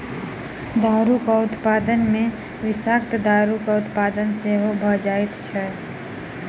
दारूक उत्पादन मे विषाक्त दारूक उत्पादन सेहो भ जाइत छै